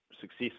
success